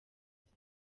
kuza